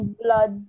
blood